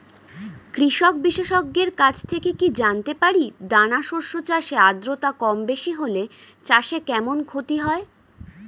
কৃষক বিশেষজ্ঞের কাছে কি জানতে পারি দানা শস্য চাষে আদ্রতা কমবেশি হলে চাষে কেমন ক্ষতি হয়?